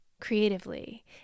creatively